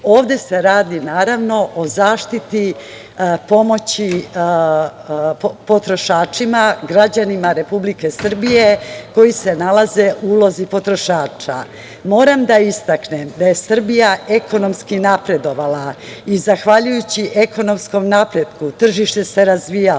Ovde se radi, naravno, o zaštiti pomoći potrošačima, građanima Republike Srbije koji se nalaze u ulozi potrošača. Moram da istaknem da je Srbija ekonomski napredovala i zahvaljujući ekonomskom napretku tržište se razvijalo,